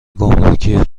گمرکی